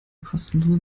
kostenlose